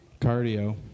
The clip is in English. cardio